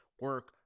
Work